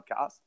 podcast